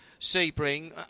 Sebring